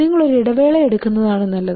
നിങ്ങൾ ഒരു ഇടവേള എടുക്കുന്നതാണ് നല്ലത്